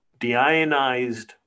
deionized